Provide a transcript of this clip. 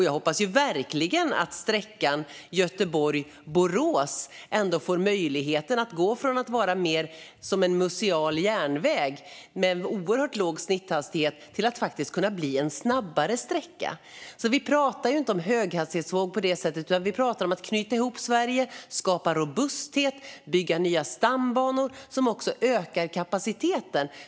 Jag hoppas verkligen att sträckan Göteborg-Borås får möjlighet att gå från att vara mer som en museal järnväg med oerhört låg snitthastighet till att faktiskt kunna bli en snabbare sträcka. Vi pratar alltså inte om höghastighetståg på det sättet, utan vi pratar om att knyta ihop Sverige, skapa robusthet och bygga nya stambanor som ökar kapaciteten.